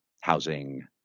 housing